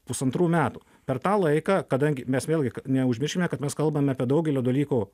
pusantrų metų per tą laiką kadangi mes vėlgi neužmirškime kad mes kalbam apie daugelio dalykų